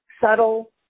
subtle